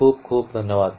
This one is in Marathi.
खूप खूप धन्यवाद